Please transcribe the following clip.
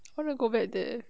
want to go back there